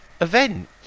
event